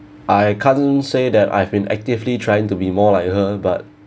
I can't say that I've been actively trying to be more like her but